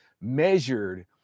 measured